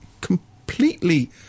completely